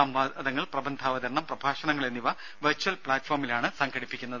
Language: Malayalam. സംവാദങ്ങൾ പ്രബന്ധാവതരണം പ്രഭാഷണങ്ങൾ എന്നിവ വെർച്വൽ പ്ലാറ്റ്ഫോമിലാണ് സംഘടിപ്പിക്കുന്നത്